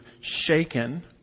shaken